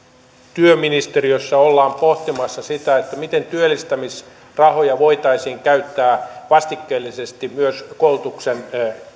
työministeriössä ollaan pohtimassa sitä miten työllistämisrahoja voitaisiin käyttää vastikkeellisesti myös